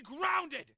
grounded